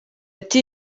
ati